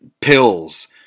pills